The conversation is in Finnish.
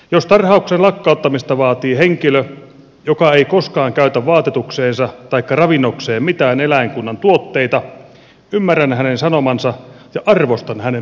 jos tarhauksen lakkauttamista vaatii henkilö joka ei koskaan käytä vaatetukseensa taikka ravinnokseen mitään eläinkunnan tuotteita ymmärrän hänen sanomansa ja arvostan hänen mielipidettään